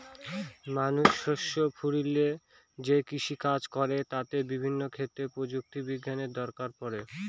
মানুষ শস্য ফলিয়ে যে কৃষিকাজ করে তাতে বিভিন্ন ক্ষেত্রে প্রযুক্তি বিজ্ঞানের দরকার পড়ে